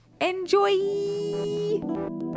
enjoy